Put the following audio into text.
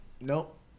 nope